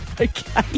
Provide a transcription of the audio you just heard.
Okay